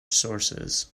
sources